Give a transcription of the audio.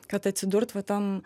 kad atsidurt va tam